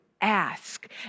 ask